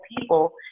people